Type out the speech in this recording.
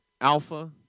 Alpha